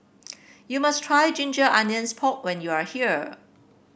you must try Ginger Onions Pork when you are here